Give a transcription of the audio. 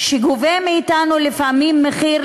שגובה מאתנו לפעמים מחיר,